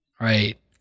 Right